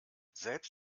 selbst